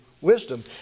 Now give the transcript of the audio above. wisdom